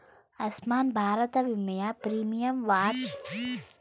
ಆಸ್ಮಾನ್ ಭಾರತ ವಿಮೆಯ ಪ್ರೀಮಿಯಂ ವಾರ್ಷಿಕ ಬೆಲೆ ಮೂವತ್ತು ರೂಪಾಯಿ